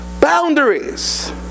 boundaries